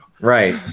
Right